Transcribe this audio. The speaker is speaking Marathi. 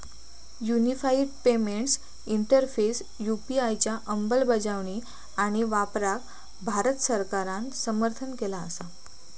युनिफाइड पेमेंट्स इंटरफेस यू.पी.आय च्या अंमलबजावणी आणि वापराक भारत सरकारान समर्थन केला असा